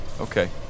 Okay